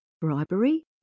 bribery